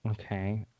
Okay